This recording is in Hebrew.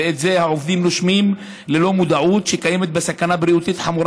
ואת זה העובדים נושמים ללא מודעות לכך שקיימת סכנה בריאותית חמורה,